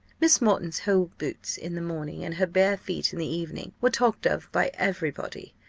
miss moreton's whole boots in the morning, and her bare feet in the evening, were talked of by every body,